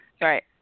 Right